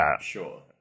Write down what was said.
Sure